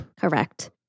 Correct